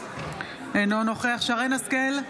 אינו נוכח שרן מרים השכל,